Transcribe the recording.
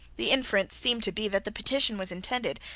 the inference seemed to be that the petition was intended,